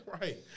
Right